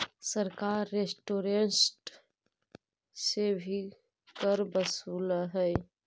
सरकार रेस्टोरेंट्स से भी कर वसूलऽ हई